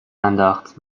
انداخت